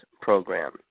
program